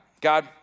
God